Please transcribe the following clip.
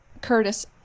Curtis